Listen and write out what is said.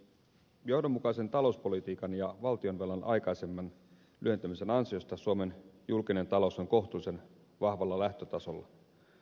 johdonmukaisen talouspolitiikan ja valtionvelan aikaisemman lyhentämisen ansiosta suomen julkinen talous on kohtuullisen vahvalla lähtötasolla